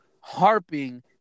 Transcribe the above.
harping